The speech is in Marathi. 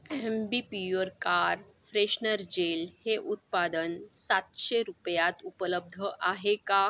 हॅम्बीपिवर कार फ्रेशनर जेल हे उत्पादन सातशे रुपयात उपलब्ध आहे का